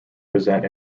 present